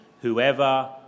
Whoever